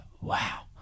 wow